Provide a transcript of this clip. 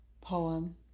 Poem